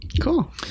Cool